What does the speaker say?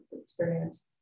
experience